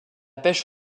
pêche